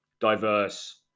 diverse